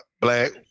black